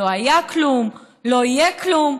לא היה כלום, לא יהיה כלום.